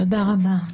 תודה רבה.